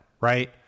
right